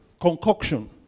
concoction